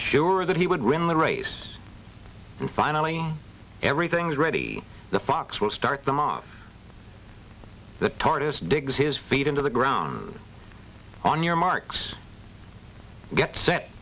sure that he would win the race and finally everything's ready the fox will start the mob the tortoise digs his feet into the ground on your marks get set